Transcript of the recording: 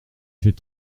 fait